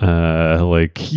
ah like yeah